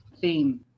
theme